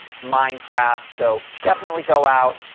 minecraft, so definitely go out,